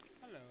Hello